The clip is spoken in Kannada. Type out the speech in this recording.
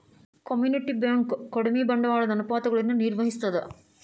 ಕಮ್ಯುನಿಟಿ ಬ್ಯಂಕ್ ಕಡಿಮಿ ಬಂಡವಾಳದ ಅನುಪಾತಗಳನ್ನ ನಿರ್ವಹಿಸ್ತದ